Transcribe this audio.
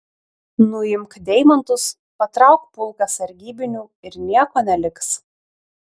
nuimk deimantus patrauk pulką sargybinių ir nieko neliks